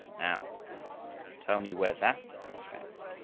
now tell me where that is found.